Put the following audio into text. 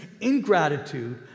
ingratitude